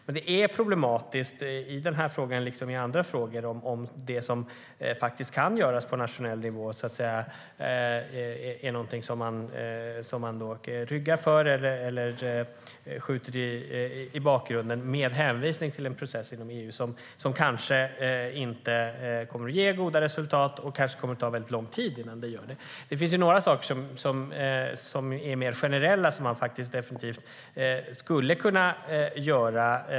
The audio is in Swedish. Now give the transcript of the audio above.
Men det är problematiskt, här liksom i andra sammanhang, att man ryggar för eller skjuter i bakgrunden det som kan göras på nationell nivå med hänvisning till en process i EU som kanske inte kommer att ge goda resultat eller som kommer att ta mycket lång tid. Det finns några mer generella saker som man definitivt skulle kunna göra.